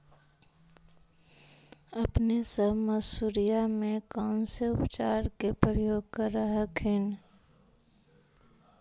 अपने सब मसुरिया मे कौन से उपचार के प्रयोग कर हखिन?